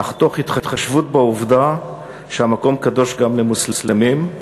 אך תוך התחשבות בעובדה שהמקום קדוש גם למוסלמים,